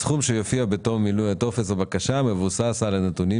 הסכום שיופיע בתום מילוי טופס הבקשה מבוסס על הנתונים